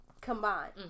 combined